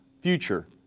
future